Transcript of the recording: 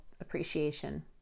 appreciation